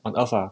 on earth ah